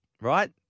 right